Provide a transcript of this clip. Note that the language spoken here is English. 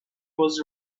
was